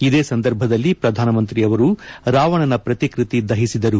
ಇದೇ ಸಂದರ್ಭದಲ್ಲಿ ಪ್ರಧಾನಿ ಅವರು ರಾವಣನ ಪ್ರತಿಕೃತಿ ದಹಿಸಿದರು